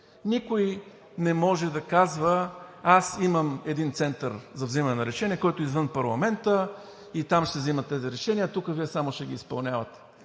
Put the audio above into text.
Никой не може да казва: аз имам един център за взимане на решения, който е извън парламента и там се взимат тези решения, а тук Вие само ще ги изпълнявате.